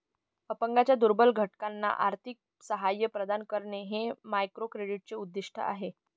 अपंगांच्या दुर्बल घटकांना आर्थिक सहाय्य प्रदान करणे हे मायक्रोक्रेडिटचे उद्दिष्ट आहे